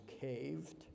caved